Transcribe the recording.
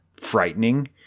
frightening